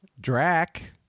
drac